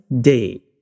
day